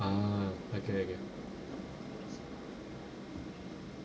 ah okay okay